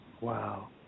Wow